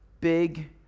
big